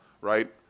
right